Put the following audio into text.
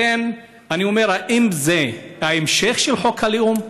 לכן, אני אומר: האם זה ההמשך של חוק הלאום?